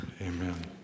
Amen